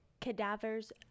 Cadavers